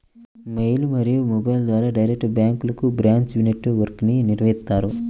mail మరియు మొబైల్ల ద్వారా డైరెక్ట్ బ్యాంక్లకు బ్రాంచ్ నెట్ వర్క్ను నిర్వహిత్తారు